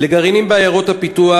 לגרעינים תורניים בעיירות הפיתוח,